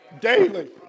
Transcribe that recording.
Daily